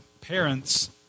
parents